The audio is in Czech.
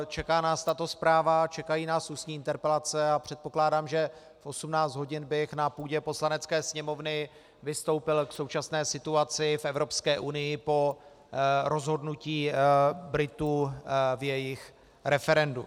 Čeká nás tato zpráva, čekají nás ústní interpelace a předpokládám, že v 18 hodin bych na půdě Poslanecké sněmovny vystoupil k současné situaci v Evropské unii po rozhodnutí Britů v jejich referendu.